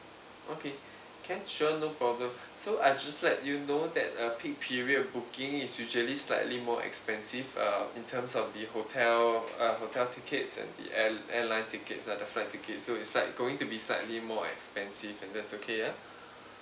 okay can sure no problem so I just let you know that uh peak period booking is usually slightly more expensive uh in terms of the hotel uh hotel tickets and the air~ airline tickets lah the flight tickets so it's like going to be slightly more expensive and that's okay ya